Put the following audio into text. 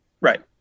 Right